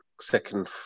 second